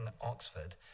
oxford